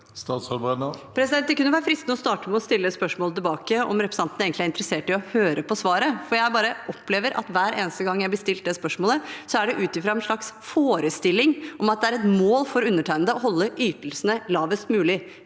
Statsråd Tonje Brenna Det kunne vært fristende å starte med å stille spørsmål tilbake om representanten egentlig er interessert i å høre på svaret, for jeg opplever at hver eneste gang jeg blir stilt det spørsmålet, er det ut fra en slags forestilling om at det er et mål for undertegnede å holde ytelsene lavest mulig.